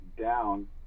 down